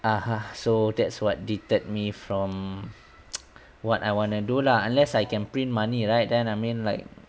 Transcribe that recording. (uh huh) so that's what deterred me from what I wanna do lah unless I can print money right then I mean like